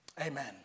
amen